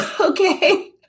okay